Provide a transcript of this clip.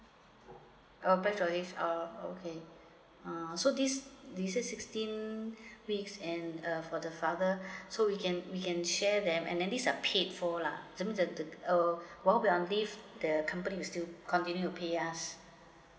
open to leave out okay uh so this you say sixteen weeks and err for the father so we can we can share them and these are paid for lah thats mean that the uh we'll be on leave the company will still continue to pay us